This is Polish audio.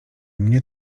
mnie